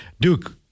Duke